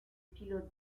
pilotes